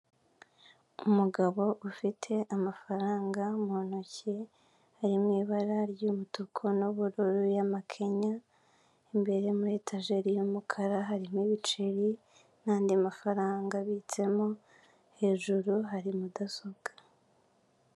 Umugabo ufite amafaranga mu ntoki ari mu ibara ry'umutuku n'ubururu y'amakenya imbere yemuri etageri y'umukara harimo ibiceri n'andi mafaranga abitsemo hejuru hari mudasobwa.